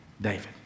David